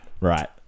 right